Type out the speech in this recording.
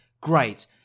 great